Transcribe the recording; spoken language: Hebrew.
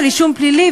של אישום פלילי,